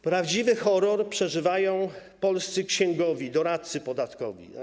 Prawdziwy horror przeżywają polscy księgowi, doradcy podatkowi.